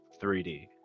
3d